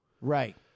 right